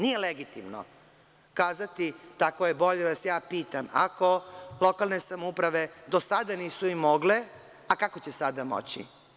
Nije legitimno kazati – tako je bolje, da vas ja pitam, ako lokalne samouprave do sada nisu mogle, a kako će sada moći?